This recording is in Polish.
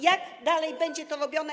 Jak dalej będzie to robione?